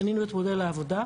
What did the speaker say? בנינו את מודל העבודה,